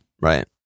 Right